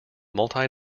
multi